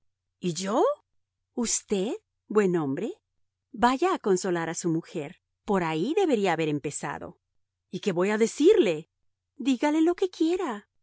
y yo usted buen hombre vaya a consolar a su mujer por ahí debería haber empezado y qué voy a decirle dígale lo que quiera